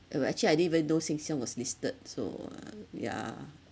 uh actually I didn't even know sheng siong was listed so uh yeah